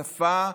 בשפה,